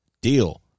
deal